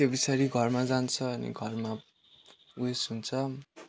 त्यो पिछाडि घरमा जान्छ अनि घरमा उयस हुन्छ